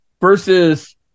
versus